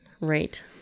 Right